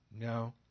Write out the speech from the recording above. No